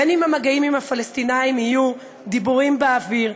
בין אם המגעים עם הפלסטינים יהיו דיבורים באוויר,